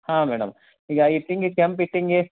ಹಾಂ ಮೇಡಮ್ ಈಗ ಇಟ್ಟಿಗೆ ಕೆಂಪು ಇಟ್ಟಿಗೆ